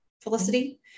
Felicity